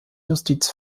justiz